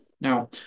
Now